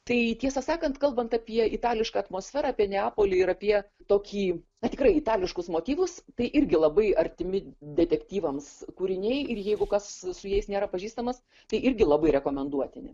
tai tiesą sakant kalbant apie itališką atmosferą apie neapolį ir apie tokį tikrai itališkus motyvus tai irgi labai artimi detektyvams kūriniai ir jeigu kas su jais nėra pažįstamas tai irgi labai rekomenduotini